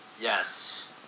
Yes